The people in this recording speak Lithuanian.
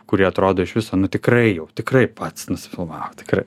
kurie atrodo iš viso nu tikrai jau tikrai pats nusifilmavo tikrai